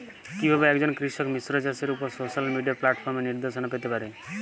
কিভাবে একজন কৃষক মিশ্র চাষের উপর সোশ্যাল মিডিয়া প্ল্যাটফর্মে নির্দেশনা পেতে পারে?